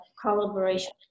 collaboration